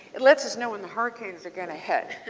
lets us know when hurricanes are going to hit.